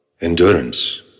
Endurance